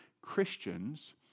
Christians